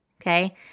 okay